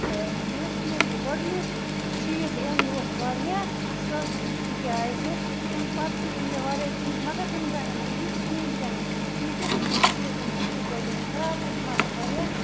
تہٕ یُس مےٚ یہِ گۄڈنیُک چیٖز اوٚن یہِ اوس واریاہ اَصٕل تِکیٛازِ ییٚمہِ پتہٕ تہِ أنۍ مےٚ واریاہ چیٖز مگر تِم درٛاے نہٕ مےٚ یِتھ کِہیٖنۍ تہِ نہٕ ییٖتِس نہٕ تِم چیٖز أنۍ تیٖتِس گٔے تِم خراب تہٕ تِمَن لٔگۍ واریاہ